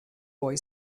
boy